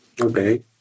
Okay